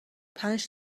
پنج